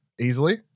easily